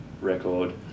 record